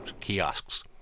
kiosks